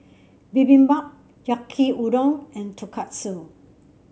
Bibimbap Yaki Udon and Tonkatsu